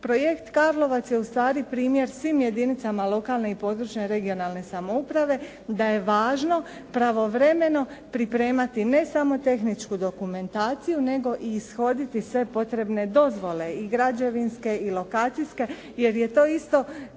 Projekt Karlovac je ustvari primjer svim jedinicama lokalne i područne (regionalne) samouprave da je važno pravovremeno pripremati, ne samo tehničku dokumentaciju, nego i ishoditi sve potrebne dozvole i građevinske i lokacijske jer je to isto